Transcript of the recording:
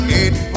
eight